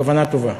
הכוונה טובה.